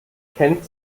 könnte